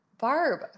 Barb